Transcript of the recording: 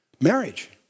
Marriage